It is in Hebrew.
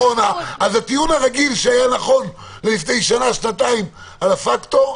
הטיעון הרגיל שהיה נכון לפני שנה ושנתיים על הפקטור,